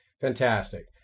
Fantastic